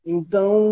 Então